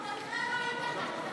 אתה בכלל לא היית כאן, אז לא ראית.